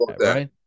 Right